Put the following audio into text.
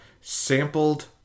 sampled